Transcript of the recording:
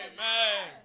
Amen